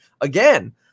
Again